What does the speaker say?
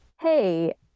Hey